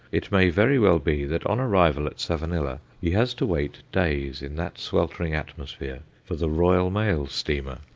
it may very well be that on arrival at savanilla he has to wait days in that sweltering atmosphere for the royal mail steamer.